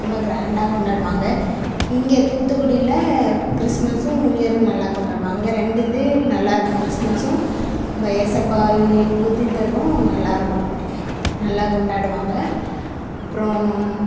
ரொம்ப க்ராண்டாக கொண்டாடுவாங்க இங்கே தூத்துக்குடியில் கிறிஸ்மஸ்ஸும் நியூ இயரும் நல்லா கொண்டாடுவேன் அங்கே ரெண்டு இது நல்லாயிருக்கும் கிறிஸ்மஸ்ஸும் நம்ம ஏசப்பா உதி உதித்ததும் நல்லா இருக்கும் நல்லா கொண்டாடுவாங்க அப்புறோம்